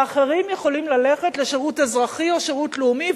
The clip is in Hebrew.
ואחרים יכולים ללכת לשירות אזרחי או לשירות לאומי.